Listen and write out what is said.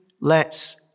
lets